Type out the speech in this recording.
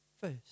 first